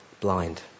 blind